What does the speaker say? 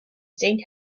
saint